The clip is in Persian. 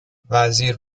وزیر